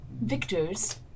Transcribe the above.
victors